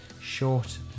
short